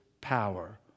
power